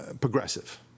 progressive